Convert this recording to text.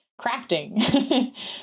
crafting